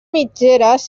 mitgeres